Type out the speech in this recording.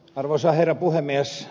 arvoisa herra puhemies